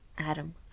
Adam